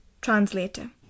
translator